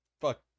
Fuck